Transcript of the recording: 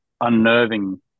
unnerving